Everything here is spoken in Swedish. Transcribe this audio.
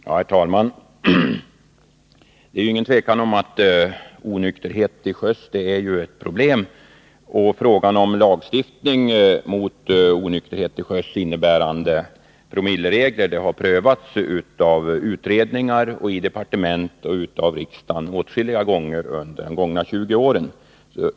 Herr talman! Det råder inget tvivel om att onykterhet till sjöss är ett problem. Frågan om lagstiftning mot onykterhet till sjöss, innebärande att en promillegräns införs, har prövats av utredningar och i riksdagen och i departement åtskilliga gånger under de senaste 20 åren.